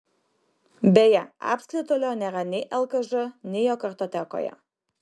beje apskritulio nėra nei lkž nei jo kartotekoje